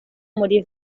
muri